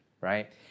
right